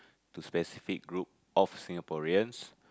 to specific group of Singaporeans